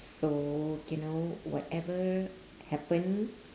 so you know whatever happen